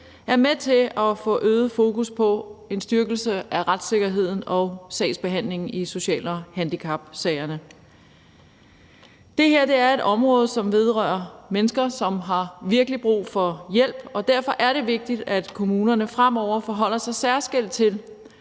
er med til at få øget fokus på en styrkelse af retssikkerheden og sagsbehandlingen i social- og handicapsagerne. Det her er et område, som vedrører mennesker, som virkelig har brug for hjælp, og derfor er det vigtigt, at kommunerne fremover forholder sig særskilt til,